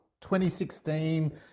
2016